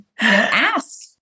ask